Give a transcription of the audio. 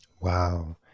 Wow